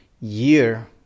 year